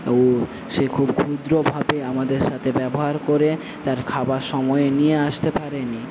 ও সে খুব ক্ষুদ্রভাবে আমাদের সাথে ব্যবহার করে তার খাবার সময়ে নিয়ে আসতে পারেনি